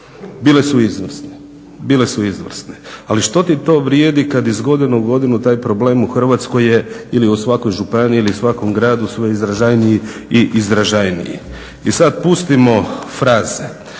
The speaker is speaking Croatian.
bile su izvrsne, ali što ti to vrijedi kad iz godine u godinu taj problem u Hrvatskoj je ili u svakoj županiji ili svakom gradu sve izraženiji i izraženiji. I sad pustimo fraze,